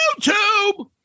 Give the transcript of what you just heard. YouTube